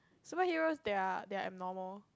superheros they are they are abnormal